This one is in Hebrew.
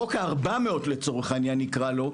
חוק ה-400 לצורך העניין נקרא לו,